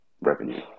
revenue